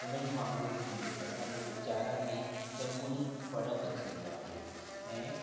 उन्हनि वांगुर थी वियो असांजे उचारण में चङो ई फ़र्क़ु अची वियो आहे ऐं